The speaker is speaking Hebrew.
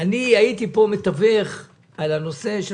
ההרשמה הייתה עד 10:00 בבוקר.